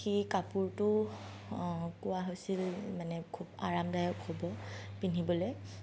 সেই কাপোৰটো কোৱা হৈছিল মানে খুব আৰামদায়ক হ'ব পিন্ধিবলৈ